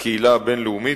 הקהילה הבין-לאומית,